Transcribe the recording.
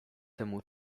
temu